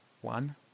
One